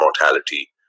mortality